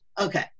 okay